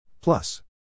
Plus